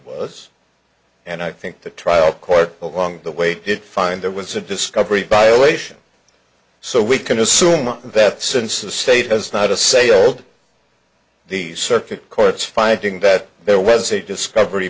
was and i think the trial court along the way did find there was a discovery violation so we can assume that since the state has not assailed the circuit court's finding that there was a discovery